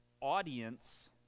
Audience